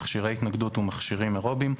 מכשירי התנגדות ומכשירים אירוביים,